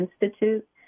Institute